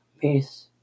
Peace